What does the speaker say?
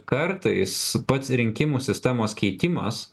kartais pats rinkimų sistemos keitimas